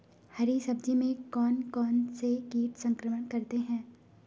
हरी सब्जी में कौन कौन से कीट संक्रमण करते हैं?